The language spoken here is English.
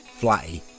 Flatty